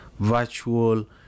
virtual